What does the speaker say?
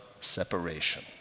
separation